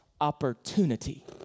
opportunity